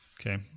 Okay